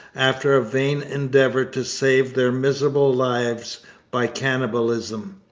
after a vain endeavour to save their miserable lives by cannibalism.